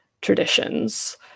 traditions